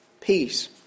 peace